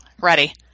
Ready